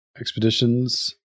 expeditions